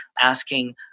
asking